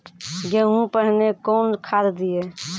गेहूँ पहने कौन खाद दिए?